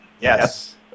Yes